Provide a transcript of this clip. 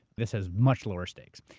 this has much lower stakes.